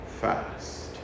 fast